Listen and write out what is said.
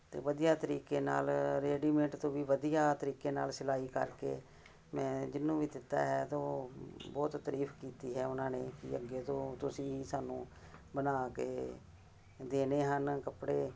ਅਤੇ ਵਧੀਆ ਤਰੀਕੇ ਨਾਲ ਰੈਡੀਮੇਟ ਤੋਂ ਵੀ ਵਧੀਆ ਤਰੀਕੇ ਨਾਲ ਸਿਲਾਈ ਕਰਕੇ ਮੈਂ ਜਿਹਨੂੰ ਵੀ ਦਿੱਤਾ ਹੈ ਤਾਂ ਉਹ ਬਹੁਤ ਤਾਰੀਫ ਕੀਤੀ ਹੈ ਉਹਨਾਂ ਨੇ ਕਿ ਅੱਗੇ ਤੋਂ ਤੁਸੀਂ ਸਾਨੂੰ ਬਣਾ ਕੇ ਦੇਣੇ ਹਨ ਕੱਪੜੇ